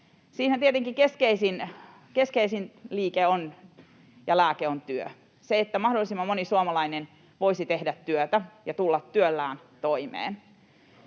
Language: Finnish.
Siihen tietenkin keskeisin liike ja lääke on työ, se, että mahdollisimman moni suomalainen voisi tehdä työtä ja tulla työllään toimeen.